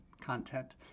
content